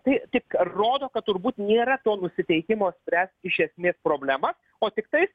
tai tik rodo kad turbūt nėra to nusiteikimo spręst iš esmės problemas o tiktais